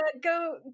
go